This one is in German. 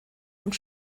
und